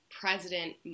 President